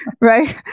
Right